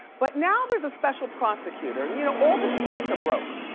but now there's a special prosecutor, and you know, all the states are broke.